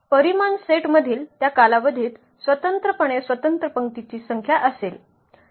परिमाण सेटमधील त्या कालावधीत स्वतंत्रपणे स्वतंत्र पंक्तींची संख्या असेल